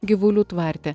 gyvulių tvarte